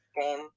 game